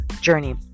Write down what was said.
journey